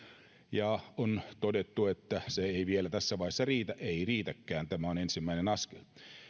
ja josta on todettu että se ei vielä tässä vaiheessa riitä ei riitäkään tämä on ensimmäinen askel